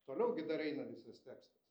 toliau gi dar eina visas tekstas